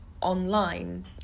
online